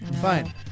Fine